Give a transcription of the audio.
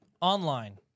Online